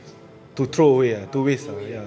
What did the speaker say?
err apa nama dia ah to throw away ah